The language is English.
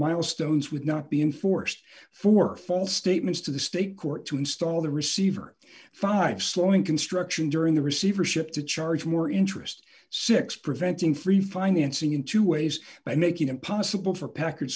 milestones would not be enforced for false statements to the state court to install the receiver five slowing construction during the receivership to charge more interest six preventing free financing in two ways by making it possible for packard